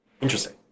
Interesting